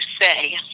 say